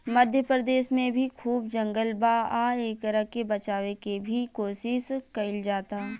मध्य प्रदेश में भी खूब जंगल बा आ एकरा के बचावे के भी कोशिश कईल जाता